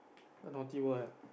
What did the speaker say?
a naughty boy ah